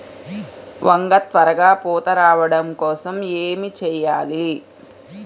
వంగ త్వరగా పూత రావడం కోసం ఏమి చెయ్యాలి?